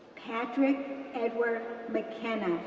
patrick edward mckenna,